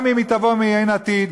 גם אם היא תבוא מאין עתיד,